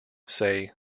say